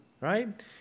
right